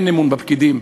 אין אמון בפקידים,